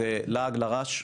זה לעג לרש,